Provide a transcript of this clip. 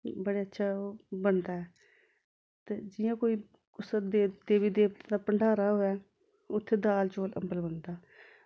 बड़े अच्छा बनदा ऐ ते जि'यां कोई कुसै दे देवी देवते दा भण्डारा होवै उत्थै दाल चौल अम्बल बनदा